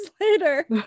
later